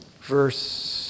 Verse